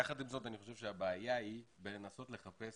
יחד עם זאת, אני חושב שהבעיה היא בניסיון לחפש